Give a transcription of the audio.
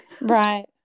right